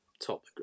Top